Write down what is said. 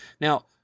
Now